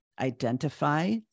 identify